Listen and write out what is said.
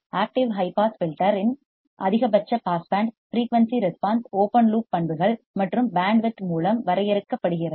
active high pass filter இன் அதிகபட்ச pass band frequency response open loop பண்புகள் மற்றும் பேண்ட் வித் மூலம் வரையறுக்கப்படுகிறது